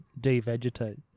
de-vegetate